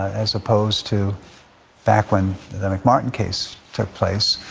as opposed to back when the mcmartin case took place,